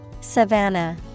Savannah